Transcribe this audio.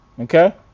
Okay